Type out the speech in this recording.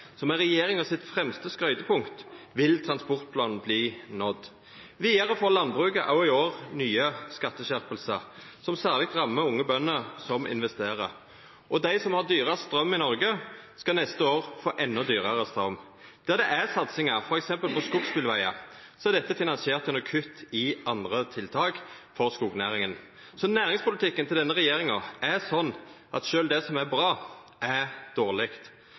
regjeringa sitt fremste skrytepunkt, vil transportplanen verta nådd. Vidare får landbruket òg i år nye skatteskjerpingar som særleg rammar unge bønder som investerer, og dei som har dyrast straum i Noreg, skal neste år få endå dyrare straum. Der det er satsingar, f.eks. på skogsbilvegar, er dette finansiert med kutt i andre tiltak for skognæringa. Så næringspolitikken til denne regjeringa er slik at sjølv det som er bra, er dårleg.